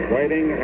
Waiting